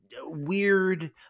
weird